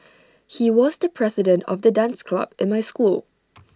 he was the president of the dance club in my school